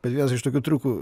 bet vienas iš tokių triukų